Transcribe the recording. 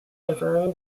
confirmed